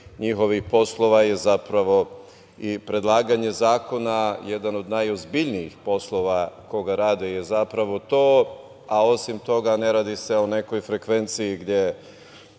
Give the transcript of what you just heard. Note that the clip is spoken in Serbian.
njihovih poslova je zapravo predlaganje zakona, odnosno jedan od najozbiljnijih poslova koga rade. Osim toga, ne radi se o nekoj frekvenciji gde